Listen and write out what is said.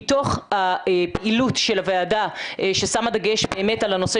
מתוך הפעילות של הוועדה ששמה דגש באמת על הנושא